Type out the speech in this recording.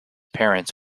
parents